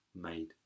made